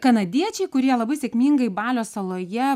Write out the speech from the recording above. kanadiečiai kurie labai sėkmingai balio saloje